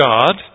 God